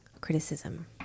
criticism